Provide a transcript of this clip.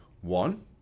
One